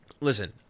Listen